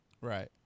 Right